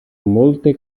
molte